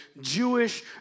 Jewish